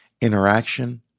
interaction